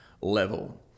level